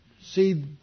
see